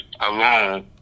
alone